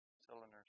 Cylinders